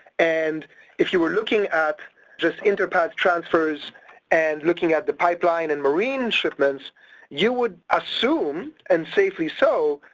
and if you were looking at just inter-padd transfers and looking at the pipeline and marine shipments you would assume, and safely so,